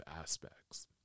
aspects